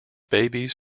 babies